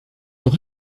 doch